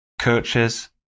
coaches